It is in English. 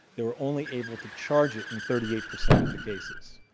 they were only able to charge it in thirty eight percent of the cases.